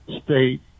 state